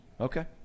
Okay